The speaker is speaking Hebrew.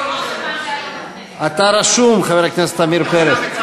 אתה רשום, חבר הכנסת עמיר פרץ.